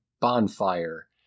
bonfire